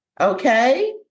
Okay